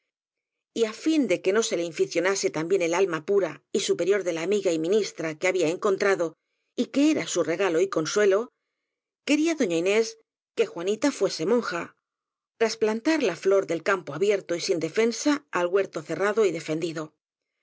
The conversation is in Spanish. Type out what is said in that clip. á fin de que no se le inficionase también el alma pura y superior de la amiga y ministra que había encontrado y que era su regalo y consuelo queiía doña inés que juanita fuese monja ó sea trasplan tar la flor del campo abierto y sin defensa al huer to cerrado y defendido